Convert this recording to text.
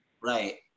Right